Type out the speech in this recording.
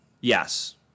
Yes